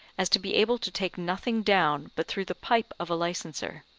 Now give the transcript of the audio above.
as to be able to take nothing down but through the pipe of a licenser?